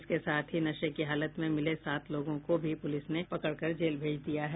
इसके साथ ही नशे की हालत में मिले सात लोगों को भी पुलिस ने पकड़ कर जेल भेज दिया है